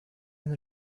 and